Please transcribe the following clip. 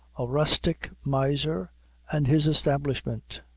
a rustic miser and his establishment